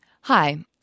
Hi